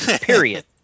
period